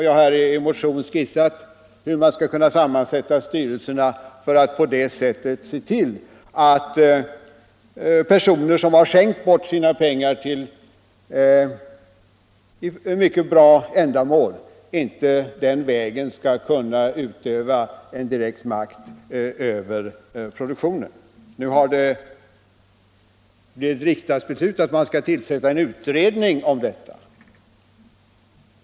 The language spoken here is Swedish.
Jag har i en motion skisserat hur man skall kunna sammansätta styrelserna för att på det sättet se till att personer som har skänkt bort sina pengar till samhällsnyttiga ändamål inte den vägen skall kunna utöva en direkt makt över produktionen. Resultatet av denna och andra motioner blev ett riksdagsbeslut att man skall tillsätta en utredning om detta.